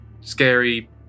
scary